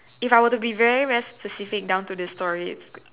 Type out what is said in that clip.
if I were to be very very specific down to the story